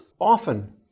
often